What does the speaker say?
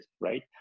right